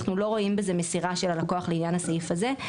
אנחנו לא רואים בזה מסירה של הלקוח לעניין הסעיף הזה,